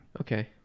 okay